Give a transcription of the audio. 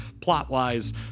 plot-wise